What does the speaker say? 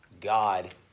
God